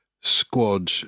squad